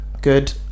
good